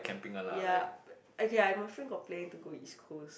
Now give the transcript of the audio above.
ya okay my friend got plan to go East Coast